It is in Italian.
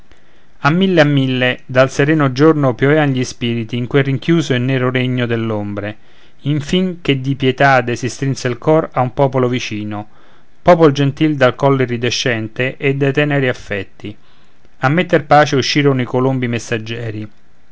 a mille a mille dal sereno giorno piovean gli spirti in quel rinchiuso e nero regno dell'ombre in fin che di pietade si strinse il cor a un popolo vicino popol gentil dal collo iridescente e dai teneri affetti a metter pace uscirono i colombi messaggieri